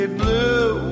blue